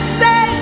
say